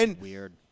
Weird